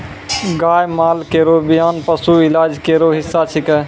गाय माल केरो बियान पशु इलाज केरो हिस्सा छिकै